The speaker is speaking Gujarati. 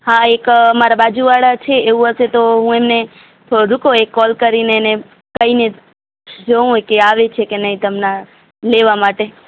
હા એક મારા બાજુંવાળા છે એવું હશે તો હું એમને અ રુકો એક કૉલ કરીને એને કહી ને જોઉં કે એ આવે છે કે નહીં તેમને લેવા માટે